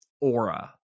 aura